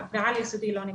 בעל יסודי זה לא נמצא.